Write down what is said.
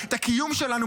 את הקיום שלנו,